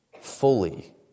fully